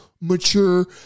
mature